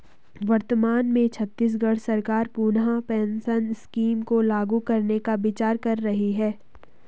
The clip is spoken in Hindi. वर्तमान में छत्तीसगढ़ सरकार पुनः पेंशन स्कीम को लागू करने का विचार कर रही है